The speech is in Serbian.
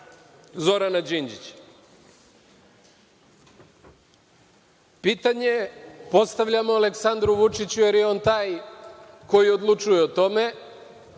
Zorana Đinđića. Pitanje postavljamo Aleksandru Vučiću, jer je on taj koji odlučuje o tome